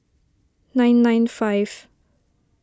nine nine five